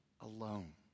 alone